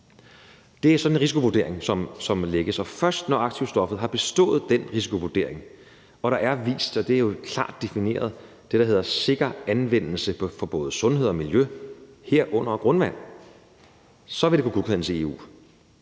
Det er sådan en risikovurdering, som anlægges, og først når aktivstoffet har bestået den risikovurdering og der er vist – og det er jo klart defineret – det, der hedder sikker anvendelse for både sundhed og miljø, herunder grundvand, så vil det kunne godkendes i EU.